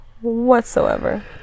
whatsoever